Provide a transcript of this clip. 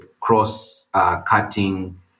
cross-cutting